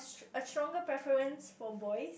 str~ a stronger preference for boys